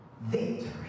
victory